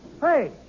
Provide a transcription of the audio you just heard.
Hey